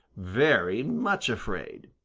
very much afraid.